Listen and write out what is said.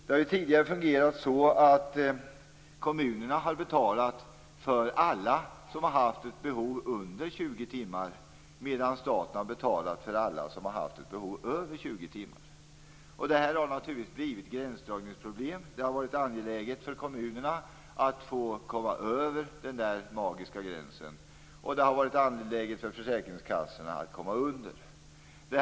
Det har tidigare fungerat så att kommunerna har betalat för alla som har haft ett behov motsvarande under 20 timmar, medan staten har betalat för alla som har haft ett behov motsvarande över 20 timmar. Detta har naturligtvis lett till gränsdragningsproblem. Det har varit angeläget för kommunerna att komma över den magiska gränsen, och det har varit angeläget för försäkringskassorna att komma under den.